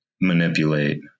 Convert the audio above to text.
manipulate